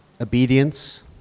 Obedience